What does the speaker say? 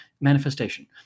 Manifestation